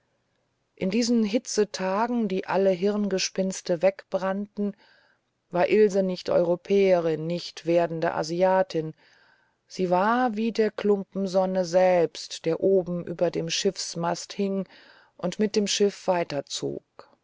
in diesen hitzetagen die alle hirngespinste wegbrannten war ilse nicht europäerin nicht werdende asiatin sie war wie der klumpen sonne selbst der oben über dem schiffsmast hing und mit dem schiff weiterzog